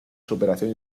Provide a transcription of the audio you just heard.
superación